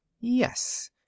Yes